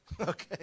okay